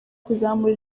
kuzamura